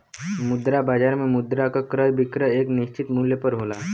मुद्रा बाजार में मुद्रा क क्रय विक्रय एक निश्चित मूल्य पर होला